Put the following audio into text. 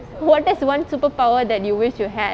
what is one superpower that you wish you had